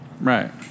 Right